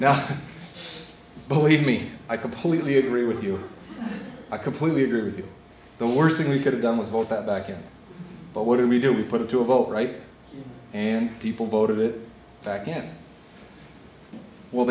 now believe me i completely agree with you i completely agree with you the worst thing we could have done with both that back then but what do we do we put it to a vote right and people voted it back again well